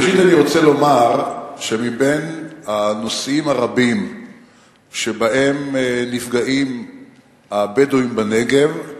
ראשית אני רוצה לומר שבין הנושאים הרבים שבהם נפגעים הבדואים בנגב,